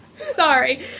sorry